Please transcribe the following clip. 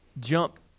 jump